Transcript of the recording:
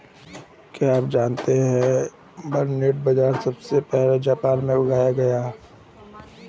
क्या आप जानते है बरनार्ड बाजरा सबसे पहले जापान में उगाया गया